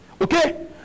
Okay